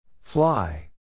Fly